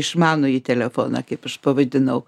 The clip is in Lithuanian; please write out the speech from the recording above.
išmanųjį telefoną kaip aš pavaidinau